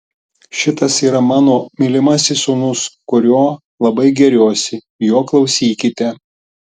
šitas yra mano mylimasis sūnus kuriuo labai gėriuosi jo klausykite